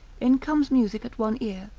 in comes music at one ear,